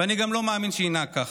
ואני גם לא מאמין שינהג כך,